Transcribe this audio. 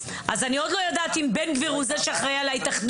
אז אני עוד לא יודעת אם בן גביר הוא זה שאחראי על ההתאחדות,